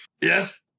Yes